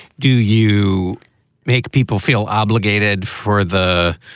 do you make people feel obligated for the